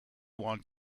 want